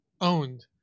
owned